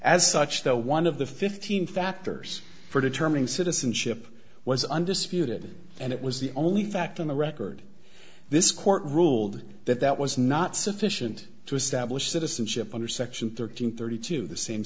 as such though one of the fifteen factors for determining citizenship was undisputed and it was the only fact on the record this court ruled that that was not sufficient to establish citizenship under section thirteen thirty two the same